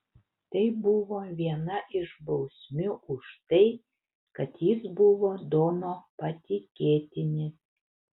tai buvo viena iš bausmių už tai kad jis buvo dono patikėtinis